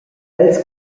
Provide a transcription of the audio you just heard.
els